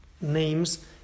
names